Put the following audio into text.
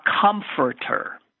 comforter